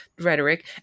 rhetoric